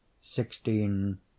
sixteen